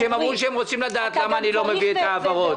שהם אמרו שהם רוצים לדעת למה אני לא מביא את העברות.